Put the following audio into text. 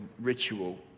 ritual